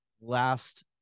last